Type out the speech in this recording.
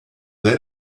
then